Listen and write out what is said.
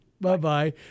Bye-bye